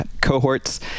cohorts